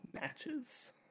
matches